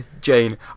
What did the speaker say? Jane